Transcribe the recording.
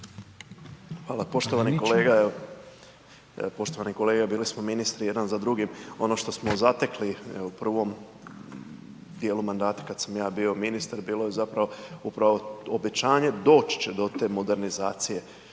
Poštovani kolega, bili smo ministri jedan za drugim, ono što smo zatekli u prvom dijelu mandata kad sam ja bio ministar, bilo je zapravo upravo obećanje, doći će do te modernizacije.